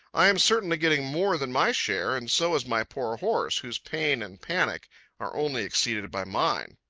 i am certainly getting more than my share, and so is my poor horse, whose pain and panic are only exceeded by mine.